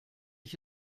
ich